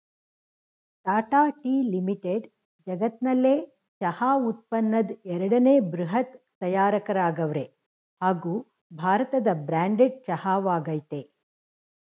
Tata tea limited ಜಗತ್ನಲ್ಲೆ ಚಹಾ ಉತ್ಪನ್ನದ್ ಎರಡನೇ ಬೃಹತ್ ತಯಾರಕರಾಗವ್ರೆ ಹಾಗೂ ಭಾರತದ ಬ್ರ್ಯಾಂಡೆಡ್ ಚಹಾ ವಾಗಯ್ತೆ